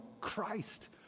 Christ